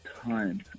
time